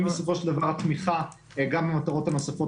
אם בסופו של דבר התמיכה במטרות הנוספות